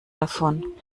davon